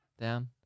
down